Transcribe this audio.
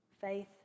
Faith